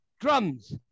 drums